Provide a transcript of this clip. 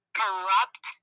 corrupt